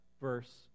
verse